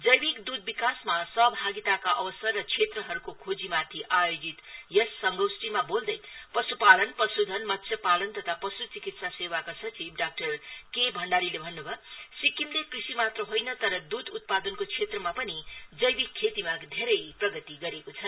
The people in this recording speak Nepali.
जैविक द्ध विकासमा सहभागिताका अवसर र क्षेत्रहरूको खोजीमाथि आयोजित यस संगोष्ठीमा बोल्दै पश्पालन पश्धन मत्स्यापालन तथा पश् चिकित्सा सेवाका सचिव डाक्टर के भण्डारीले भन्न्भयो सिक्किमले कृषि मात्र होइन तर द्रध उत्पादनको क्षेत्रमा पनि जैविक खेतीमा धेरै प्रगति गरेकोछ